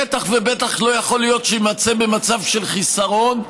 בטח ובטח לא יכול שיימצא במצב של חיסרון,